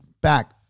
back